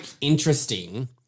interesting